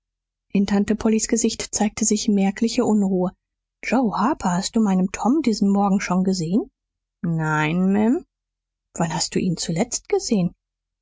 in tante pollys gesicht zeigte sich merkliche unruhe joe harper hast du meinen tom diesen morgen schon gesehen nein ma'm wann hast du ihn zuletzt gesehen